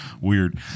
Weird